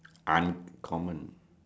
uncommon